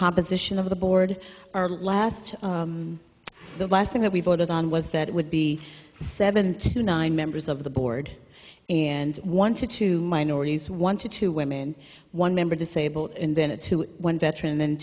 composition of the board our last the last thing that we voted on was that it would be seven to nine members of the board and one to two minorities one to two women one member disabled and then a two one veteran then